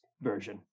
version